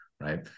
right